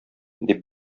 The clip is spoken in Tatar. дип